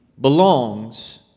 belongs